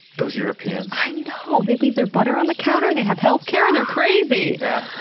those europeans! i know! they leave their butter on the counter, they have healthcare. they're crazy! yeah,